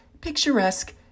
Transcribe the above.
picturesque